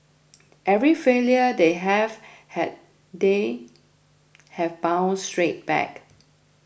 every failure they have had they have bounced straight back